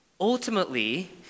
Ultimately